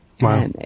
Wow